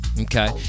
Okay